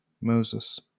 Moses